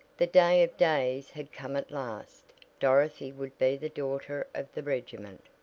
the day of days had come at last dorothy would be the daughter of the regiment.